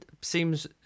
seems